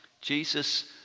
Jesus